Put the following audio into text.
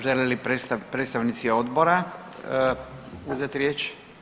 Žele li predstavnici odbora uzeti riječ?